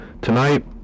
Tonight